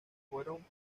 fueron